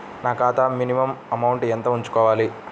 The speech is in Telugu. నా ఖాతా మినిమం అమౌంట్ ఎంత ఉంచుకోవాలి?